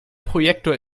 projektor